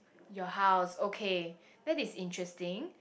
your house okay that is interesting